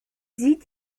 sieht